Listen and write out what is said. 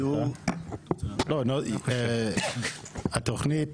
יותר בכיוון לעשות מתקן הנזלה בים.